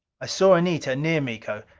i saw anita near miko.